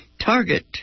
target